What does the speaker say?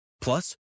Plus